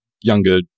younger